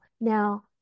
Now